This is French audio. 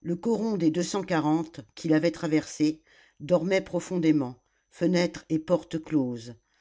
le coron des deux cent quarante qu'il avait traversé dormait profondément fenêtres et portes closes